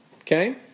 Okay